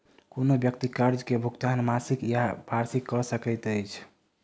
कोनो व्यक्ति कर्ज के भुगतान मासिक या वार्षिक कअ सकैत अछि